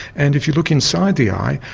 and if you look inside the eye,